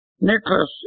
Nicholas